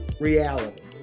reality